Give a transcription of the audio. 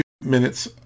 minutes